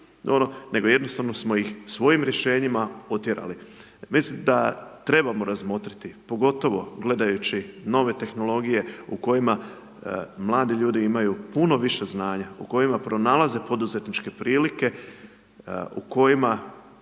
nego jednostavno smo ih svojim rješenjima otjerali. Mislim da trebamo razmotriti, pogotovo gledajući nove tehnologije, u kojima mladi ljudi imaju puno više znanja u kojima pronalaze poduzetničke prilike, u kojima